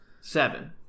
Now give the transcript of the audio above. Seven